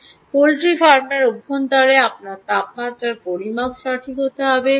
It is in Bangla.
সুতরাং পোল্ট্রি ফার্মের অভ্যন্তরে আপনার তাপমাত্রার পরিমাপ সঠিক হতে হবে